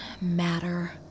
matter